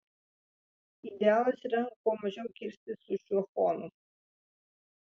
idealas yra kuo mažiau kirstis su šiuo fonu